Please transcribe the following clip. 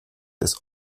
des